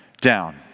down